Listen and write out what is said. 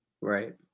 Right